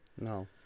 No